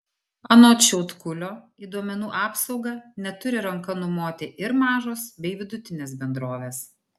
anot šiaudkulio į duomenų apsaugą neturi ranka numoti ir mažos bei vidutinės bendrovės